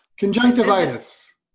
Conjunctivitis